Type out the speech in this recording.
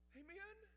amen